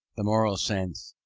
the moral sense,